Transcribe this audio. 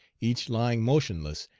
each lying motionless,